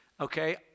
Okay